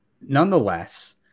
nonetheless